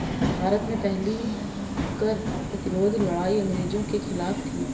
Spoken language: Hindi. भारत में पहली कर प्रतिरोध लड़ाई अंग्रेजों के खिलाफ थी